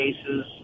cases